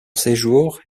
séjour